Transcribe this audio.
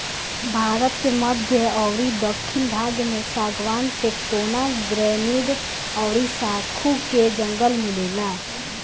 भारत के मध्य अउरी दखिन भाग में सागवान, टेक्टोना, ग्रैनीड अउरी साखू के जंगल मिलेला